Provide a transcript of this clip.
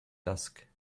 dusk